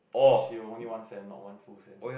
because she only one sem not one full sem